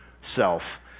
self